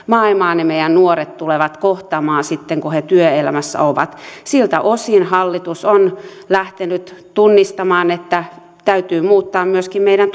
maailmaa ne meidän nuoret tulevat kohtaamaan sitten kun he työelämässä ovat siltä osin hallitus on lähtenyt tunnistamaan että täytyy muuttaa myöskin meidän